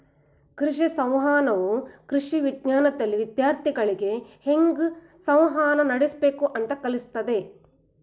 ಕೃಷಿ ಸಂವಹನವು ಕೃಷಿ ವಿಜ್ಞಾನ್ದಲ್ಲಿ ವಿದ್ಯಾರ್ಥಿಗಳಿಗೆ ಹೇಗ್ ಸಂವಹನ ನಡಸ್ಬೇಕು ಅಂತ ಕಲ್ಸತದೆ